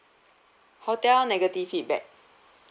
hotel negative feedback